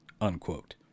unquote